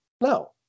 No